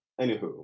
Anywho